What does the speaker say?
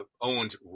owned